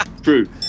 True